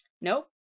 Nope